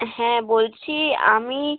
হ্যাঁ বলছি আমি